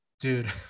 dude